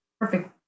perfect